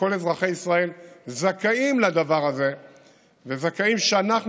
כל אזרחי ישראל זכאים לדבר הזה וזכאים שאנחנו